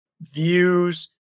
views